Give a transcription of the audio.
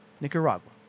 Nicaragua